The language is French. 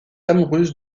amoureuse